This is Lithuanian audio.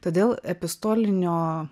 todėl epistolinio